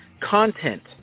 content